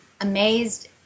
amazed